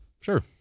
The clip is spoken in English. Sure